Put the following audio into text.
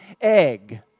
egg